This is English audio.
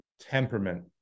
temperament